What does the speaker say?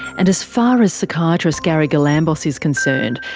and as far as psychiatrist gary galambos is concerned,